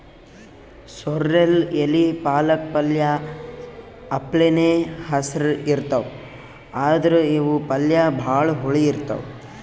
sorrel ಎಲಿ ಪಾಲಕ್ ಪಲ್ಯ ಅಪ್ಲೆನೇ ಹಸ್ರ್ ಇರ್ತವ್ ಆದ್ರ್ ಇವ್ ಪಲ್ಯ ಭಾಳ್ ಹುಳಿ ಇರ್ತವ್